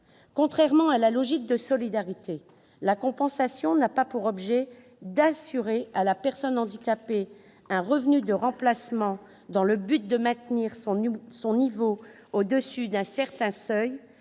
Contrairement à la logique de solidarité, la compensation ne vise pas à assurer à la personne handicapée un revenu de remplacement dans le but de maintenir son niveau au-dessus d'un certain seuil,